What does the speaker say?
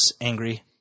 angry